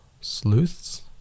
Sleuths